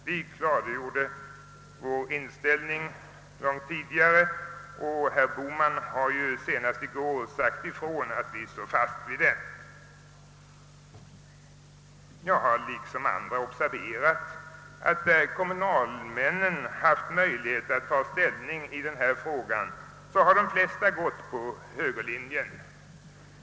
Vi klargjorde vår inställning långt tidigare, och herr Bohman sade senast i går ifrån att vi står fast vid den. Jag har liksom andra observerat att de flesta kommunalmännen, där de haft möjlighet att ta ställning i denna fråga, har gått på högerlinjen.